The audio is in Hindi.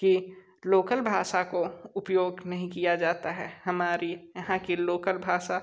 कि लोकल भाषा को उपयोग नहीं किया जाता है हमारी यहाँ की लोकल भाषा